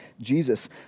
Jesus